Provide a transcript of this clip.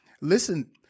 listen